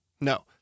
No